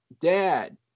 dad